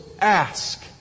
ask